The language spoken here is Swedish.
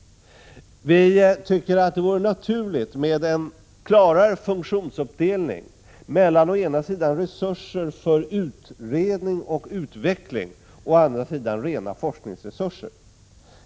Vi tycker att det vore naturligt med en klarare funktionsuppdelning mellan å ena sidan resurser för utredning och utveckling och å andra sidan rena forskningsresurser.